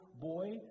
boy